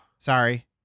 Sorry